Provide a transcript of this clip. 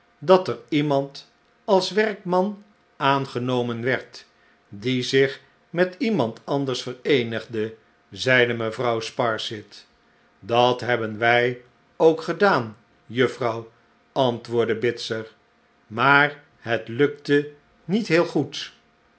dat er iemand als werkman aangenomen werd die zich met iemand anders vereenigde zeide mevrouw sparsit dat hebben zij ook gedaan juffrouw antwoordde bitzer maar het lukte niet heel goed